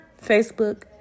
Facebook